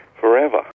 forever